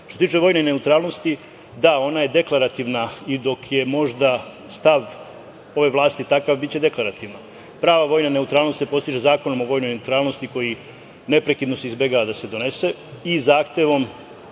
se tiče vojne neutralnosti, da, ona je deklarativna i dok je možda stav ove vlasti biće deklarativna. Prava vojna neutralnost se postiže Zakonom o vojnoj neutralnosti koji neprekidno se izbegava da se donese i zahtevom